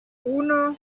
uno